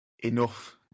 Enough